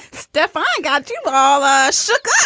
steph i got you all ah shook. ah